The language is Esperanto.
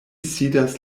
sidas